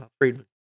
Friedman